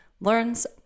learns